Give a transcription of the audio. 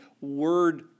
word